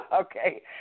Okay